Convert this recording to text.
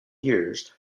years